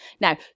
Now